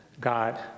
God